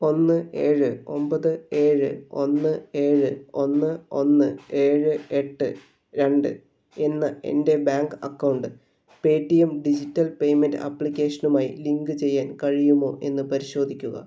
ഒന്ന് ഏഴ് ഒമ്പത് ഏഴ് ഒന്ന് ഏഴ് ഒന്ന് ഒന്ന് ഏഴ് എട്ട് രണ്ട് എന്ന എൻ്റെ bank account Paytm digital payment ആപ്ലിക്കേഷനുമായി ലിങ്ക് ചെയ്യാൻ കഴിയുമോ എന്ന് പരിശോധിക്കുക